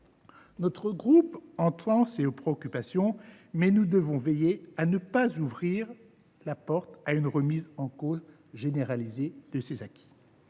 Notre groupe entend ces préoccupations, mais nous devons veiller à ne pas ouvrir la porte à une remise en cause généralisée des acquis.